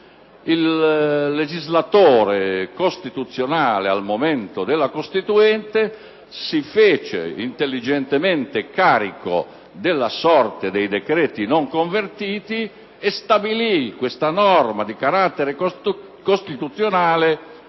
Il legislatore costituzionale, in sede di Assemblea costituente, si fece intelligentemente carico della sorte dei decreti non convertiti e stabilì, in una norma di carattere costituzionale,